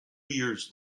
years